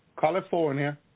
California